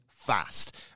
Fast